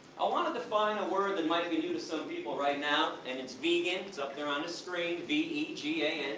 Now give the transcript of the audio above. i want to define a word that might be new to some people right now, and it's vegan, it's up there, on the screen v e g a